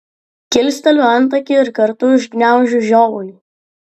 kilsteliu antakį ir kartu užgniaužiu žiovulį